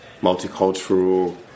multicultural